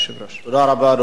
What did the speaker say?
תודה רבה, אדוני.